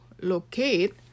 locate